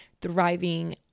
thriving